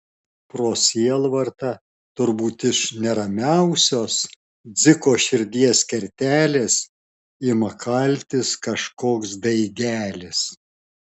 pro sielvartą turbūt iš neramiausios dziko širdies kertelės ima kaltis kažkoks daigelis